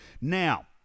Now